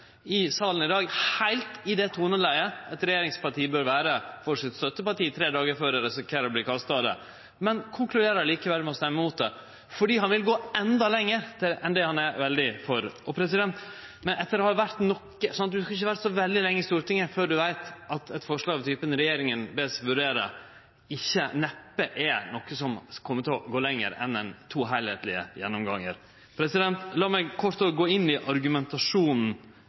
i salen i dag – heilt i det toneleiet eit regjeringsparti bør vere for sitt støtteparti tre dagar før dei risikerer å verte kasta av det – men konkluderer likevel med å stemme imot det, fordi han vil gå endå lenger enn det han er veldig for. Ein skal ikkje ha vore så veldig lenge i Stortinget før ein veit at eit forslag av typen «ber regjeringen vurdere» neppe er noko som kjem til å gå lenger enn to heilskaplege gjennomgangar. La meg kort òg gå inn i argumentasjonen